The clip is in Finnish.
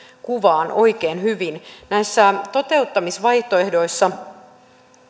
kuvaan oikein hyvin näissä toteuttamisvaihtoehdoissa